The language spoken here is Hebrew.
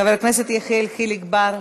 חבר הכנסת יחיאל חיליק בר,